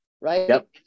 right